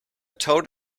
toad